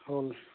অ